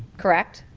correct?